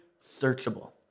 searchable